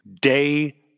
Day